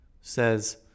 says